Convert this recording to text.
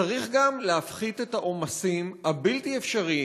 צריך להפחית את העומסים הבלתי-אפשריים